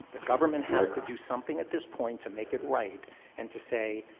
the government has to do something at this point to make it right and to say,